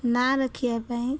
ନାଁ ରଖିବା ପାଇଁ